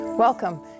Welcome